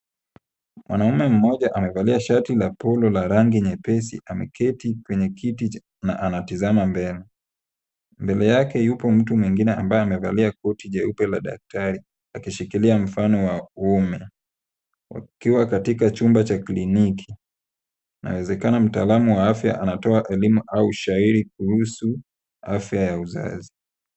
Mwanaume mmoja amevalia shati la polo la rangi nyepesi ameketi kwenye kiti na anatazama mbele. Mbele yake yupo mtu mwingine ambaye amevalia koti jeupe la daktari akishikilia mfano wa uume akiwa katika chumba cha kliniki. Inawezekana mtaalamu wa afya anatoa elimu au shairi kuhusu afya ya uzazi.